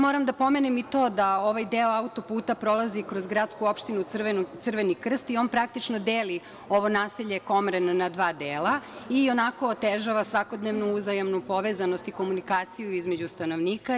Moram da napomenem i to da ovaj deo auto-puta prolazi kroz gradsku opštinu Crveni krst i on praktično deli ovo naselje Komren na dva dela i tako otežava svakodnevnu uzajamnu povezanost i komunikaciju između stanovnika.